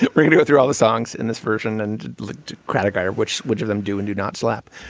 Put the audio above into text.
really go through all the songs in this version and craddick after which. which of them do and do not slap.